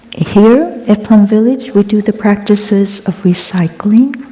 here, at plum village we do the practices of recycling,